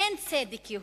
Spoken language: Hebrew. אין צדק יהודי.